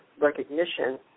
recognition